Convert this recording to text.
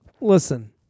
listen